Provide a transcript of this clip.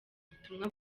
ubutumwa